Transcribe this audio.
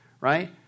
right